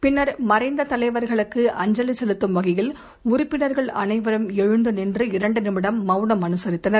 பின்னா் மறைந்த தலைவா்களுக்கு அஞ்சலி செலுத்தும் வகையில் உறுப்பினா்கள் அனைவரும் எழுந்து நின்று இரண்டு நிமிடம் மவுனம் அனுசரித்தனர்